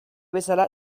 bezala